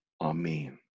Amen